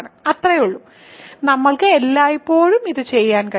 അത്രയേയുള്ളൂ നമ്മൾക്ക് എല്ലായ്പ്പോഴും ഇത് ചെയ്യാൻ കഴിയും